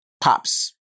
Pops